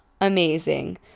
amazing